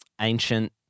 ancient